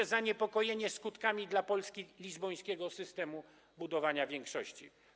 Wyraził pan zaniepokojenie skutkami dla Polski lizbońskiego systemu budowania większości.